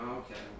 okay